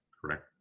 correct